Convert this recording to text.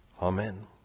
Amen